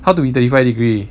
how to be thirty five degree